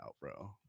bro